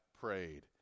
prayed